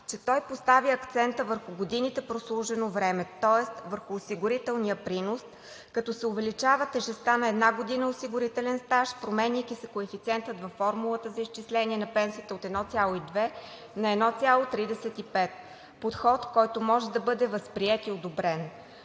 че поставя акцента върху годините за прослужено време, тоест върху осигурителния принос, като се увеличава тежестта на една година осигурителен стаж, променяйки коефициента във формулата за изчисление на пенсиите от 1,2 на 1,35 – подход, който може да бъде възприет и одобрен.